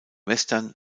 western